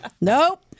nope